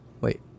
Wait